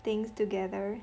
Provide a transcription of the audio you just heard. things together